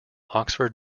oxford